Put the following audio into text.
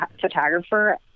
photographer